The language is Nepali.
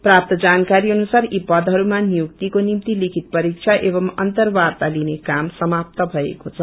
प्राप्त जानकारी अनुसार यी पदहरूमा नियुक्तिको निम्ति लिखित परीक्षा एवम अन्तवार्त्ता लिने काम समात्त भएको छ